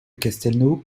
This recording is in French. castelnau